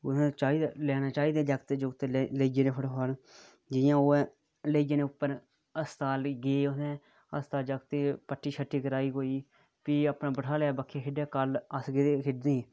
उत्थै लेना चाहिदा जागत जुगत लेई जंदे फटो फट जियां ओह् ऐ लेई जाने उपर अस्पताल गए उत्थैं अस्पताल जगतें गी पट्टी शट्टी कराई फ्ही अपना बठाया बक्खी खेढने गी फ्ही अस कल्ल गेदे हे खेढने गी